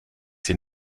hier